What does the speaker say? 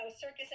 circus